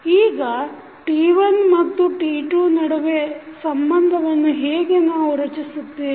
ಈಗ T1ಮತ್ತು T2 ನಡುವೆ ಸಂಬಂಧವನ್ನು ಹೇಗೆ ನಾವು ರಚಿಸುತ್ತೇವೆ